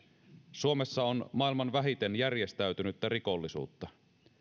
suomessa on maailman vähiten järjestäytynyttä rikollisuutta